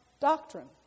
doctrine